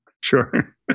Sure